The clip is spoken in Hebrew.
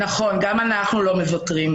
נכון, גם אנחנו לא מוותרים.